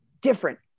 different